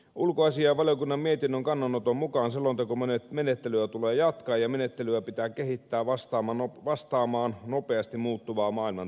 ulkoasiainvaliokunnan mietinnön kannanoton mukaan selontekomenettelyä tulee jatkaa ja menettelyä pitää kehittää vastaamaan nopeasti muuttuvaa maailmantilannetta